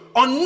on